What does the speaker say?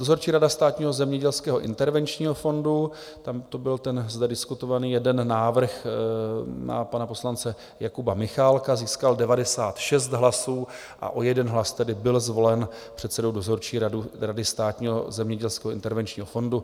Dozorčí rada Státního zemědělského intervenčního fondu, tam to byl ten zde diskutovaný jeden návrh na pana poslance Jakuba Michálka, získal 96 hlasů, a o jeden hlas tedy byl zvolen předsedou dozorčí rady Státního zemědělského intervenčního fondu.